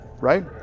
right